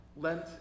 Lent